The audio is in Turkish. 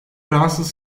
fransız